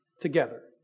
together